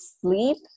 sleep